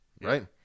right